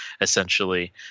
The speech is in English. essentially